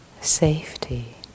safety